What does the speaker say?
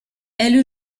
elle